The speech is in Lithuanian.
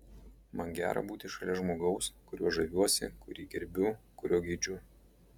man gera būti šalia žmogaus kuriuo žaviuosi kurį gerbiu kurio geidžiu